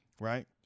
right